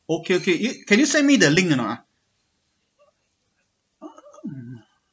okay okay you can you send me the link or not ah